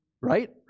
Right